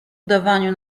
udawaniu